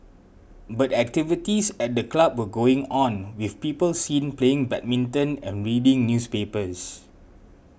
but activities at the club were going on with people seen playing badminton and reading newspapers